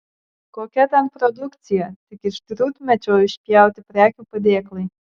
kokia ten produkcija tik iš drūtmedžio išpjauti prekių padėklai